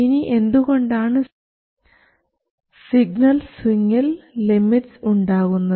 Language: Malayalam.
ഇനി എന്തുകൊണ്ടാണ് സിഗ്നൽ സ്വിങിൽ ലിമിറ്റ്സ് ഉണ്ടാകുന്നത്